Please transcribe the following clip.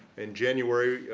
in january,